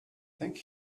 thank